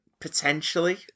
potentially